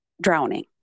drowning